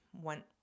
One